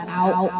out